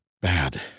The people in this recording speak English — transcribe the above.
bad